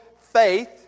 faith